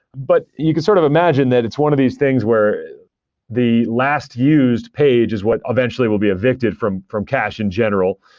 but you can sort of imagine that it's one of these things were the last used page is what eventually will be evicted from from cash in general.